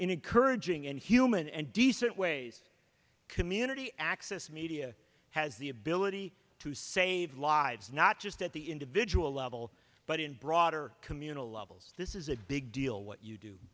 encouraging and human and decent ways community access media has the ability to save lives not just at the individual level but in broader communal levels this is a big deal what you do